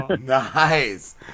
Nice